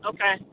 Okay